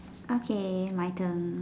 okay my turn